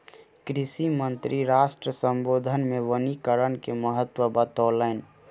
कृषि मंत्री राष्ट्र सम्बोधन मे वनीकरण के महत्त्व बतौलैन